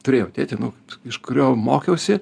turėjau tėtį nu iš kurio mokiausi